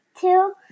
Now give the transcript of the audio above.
two